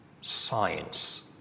science